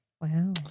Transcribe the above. Wow